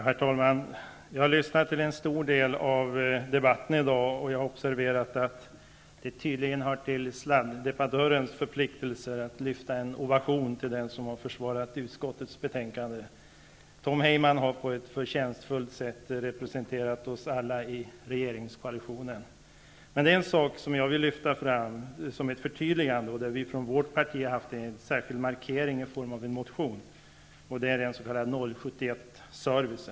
Herr talman! Jag har lyssnat till en stor del av dagens debatt, och jag har observerat att det tydligen hör till sladdebattörernas förpliktelse att ge en ovation till den som försvarar utskottets betänkande. Tom Heyman har på ett förtjänstfullt sätt representerat oss alla i regeringskoalitionen. Men det är en sak som jag vill lyfta fram och förtydliga. Det gäller en fråga där vi från vårt parti har gjort en särskild markering i form av en motion, nämligen frågan om 071-servicen.